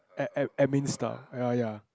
ad~ ad~ admin stuff ya ya